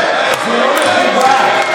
זה לא מכובד.